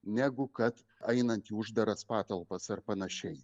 negu kad einant į uždaras patalpas ar panašiai